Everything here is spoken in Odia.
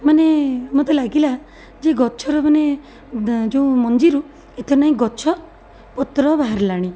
ମାନେ ମୋତେ ଲାଗିଲା ଯେ ଗଛର ମାନେ ଯେଉଁ ମଞ୍ଜିରୁ ଏଥିରେ ନାହିଁ ଗଛପତ୍ର ବାହାରିଲାଣି